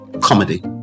Comedy